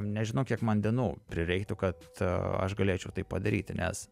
nežinau kiek man dienų prireiktų kad aš galėčiau tai padaryti nes